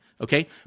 Okay